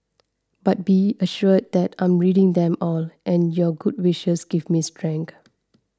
but be assured that I'm reading them all and your good wishes give me strength